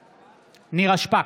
בעד נירה שפק,